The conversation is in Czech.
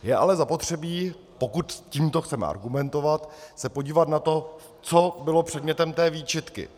Je ale zapotřebí, pokud tímto chceme argumentovat, se podívat na to, co bylo předmětem té výčitky.